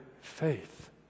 faith